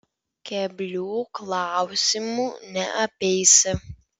keblių klausimų neapeisi